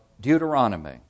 Deuteronomy